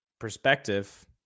perspective –